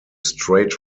straight